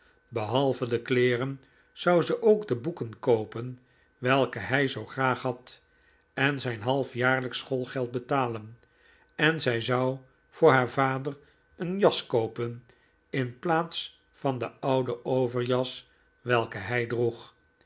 behalve de kleeren zou ze ook de boeken koopen welke hij zoo graag had en zijn halfjaarlijksch schoolgeld betalen en zij zou voor haar vader een jas koopen in plaats van de oude overjas welke hij droeg